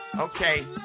okay